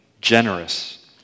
generous